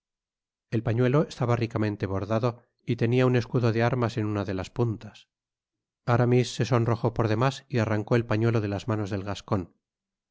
el pañuelo estaba ricamente bordado y tenia un escudo de armas en una de las puntas aramis se sonrojó por demás y arrancó el pañuelo de manos del gascon